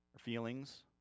Feelings